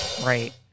Right